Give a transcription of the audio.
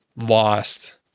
lost